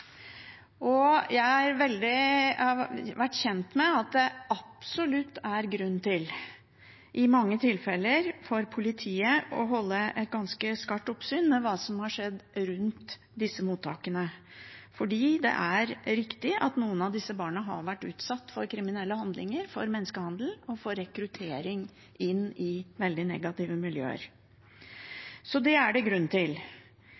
Jeg har vært kjent med at det i mange tilfeller absolutt er grunn til for politiet å holde et ganske skarpt oppsyn med hva som har skjedd rundt disse mottakene, for det er riktig at noen av disse barna har vært utsatt for kriminelle handlinger, for menneskehandel og for rekruttering inn i veldig negative miljøer. Så det er det grunn til.